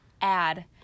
add